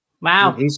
Wow